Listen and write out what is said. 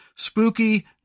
Spooky